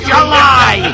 July